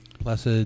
Blessed